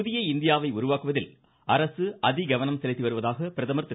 புதிய இந்தியாவை உருவாக்குவதில் அரசு அதி கவனம் செலுத்தி வருவதாக பிரதமர் திரு